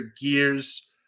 gears